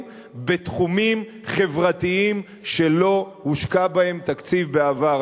בתחומים חברתיים שלא הושקע בהם תקציב בעבר.